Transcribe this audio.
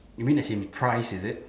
you mean as in prize is it